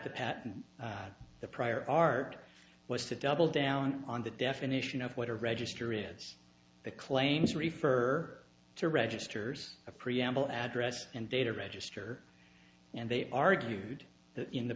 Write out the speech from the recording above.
on the prior art was to double down on the definition of what a register is the claims refer to registers a preamble address and data register and they argued that in the